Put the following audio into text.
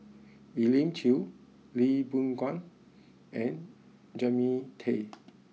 Elim Chew Lee Boon Ngan and Jannie Tay